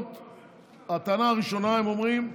הטענה הראשונה, הם אומרים: